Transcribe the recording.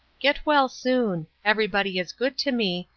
get well soon. everybody is good to me,